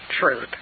truth